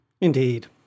Indeed